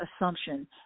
assumption